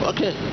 Okay